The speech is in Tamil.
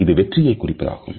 இது வெற்றியை குறிப்பதாகும்